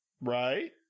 right